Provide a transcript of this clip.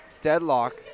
deadlock